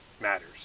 matters